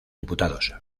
diputados